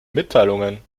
mitteilungen